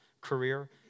career